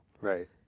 Right